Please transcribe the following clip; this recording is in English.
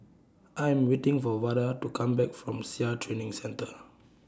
I Am waiting For Vada to Come Back from Sia Training Centre